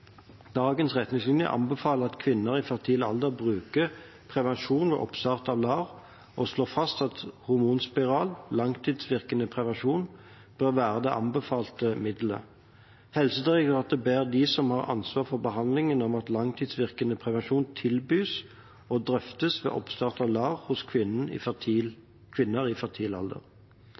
retningslinje anbefaler at kvinner i fertil alder bruker prevensjon ved oppstart av LAR og slår fast at hormonspiral bør være det anbefalte middelet. Helsedirektoratet ber de som har ansvaret for behandlingen om at langtidsvirkende prevensjon tilbys og drøftes ved oppstart av LAR hos kvinner i